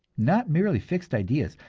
not merely fixed ideas,